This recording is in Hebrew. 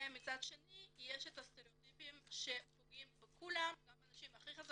מצד שני יש הסטריאוטיפים שפוגעים בכולם גם בנשים הכי חזקות,